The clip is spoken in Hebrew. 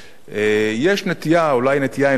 יש נטייה, אולי נטייה אנושית,